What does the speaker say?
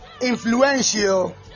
Influential